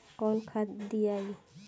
कौन खाद दियई?